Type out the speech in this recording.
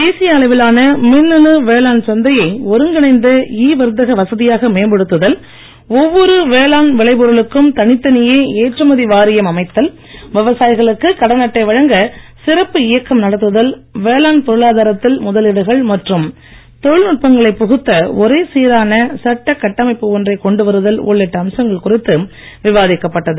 தேசிய அளவிலான மின்னணு வேளாண் சந்தையை ஒருங்கிணைந்த இ வர்த்தக வசதியாக மேம்படுத்துதல் ஒவ்வொரு வேளாண் விளை பொருளுக்கும் தனித்தனியே ஏற்றுமதி வாரியம் அமைத்தல் விவசாயிகளுக்கு கடன் அட்டை வழங்க சிறப்பு இயக்கம் நடத்துதல் வேளாண் பொருளாதாரத்தில் முதலீடுகள் மற்றும் தொழில்நுட்பங்களைப் புகுத்த ஒரே சீரான சட்டக் கட்டமைப்பு ஒன்றைக் கொண்டுவருதல் உள்ளிட்ட அம்சங்கள் குறித்து விவாதிக்கப் பட்டது